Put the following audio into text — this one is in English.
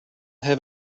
have